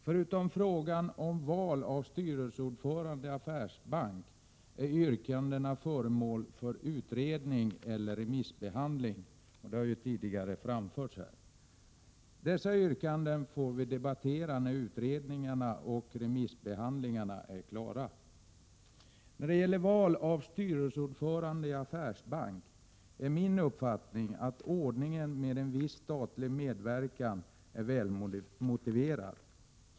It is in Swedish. Förutom frågan om val av styrelseordförande i affärsbank är yrkandena föremål för utredning eller remissbehandling, och det har ju tidigare framförts här. Dessa yrkanden får vi debattera när utredningarna och remissbehandlingarna är klara. När det gäller val av styrelseordförande i affärsbank är min uppfattning att ordningen med en viss statlig medverkan är välmotiverad.